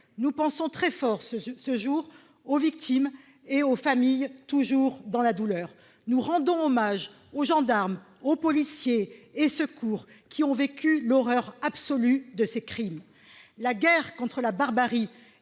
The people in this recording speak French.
Nous pensons très fort, en ce jour, aux victimes et aux familles, toujours dans la douleur. Nous rendons hommage aux policiers, aux gendarmes et aux membres des services de secours qui ont vécu l'horreur absolue de ces crimes. La guerre contre la barbarie